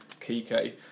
Kike